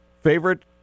Favorite